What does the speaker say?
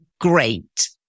great